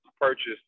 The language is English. purchased